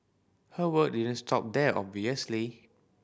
her work didn't stop there obviously